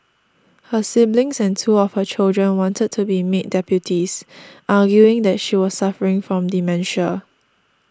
her siblings and two of her children wanted to be made deputies arguing that she was suffering from dementia